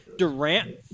Durant